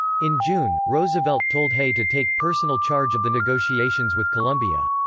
in june, roosevelt told hay to take personal charge of the negotiations with colombia.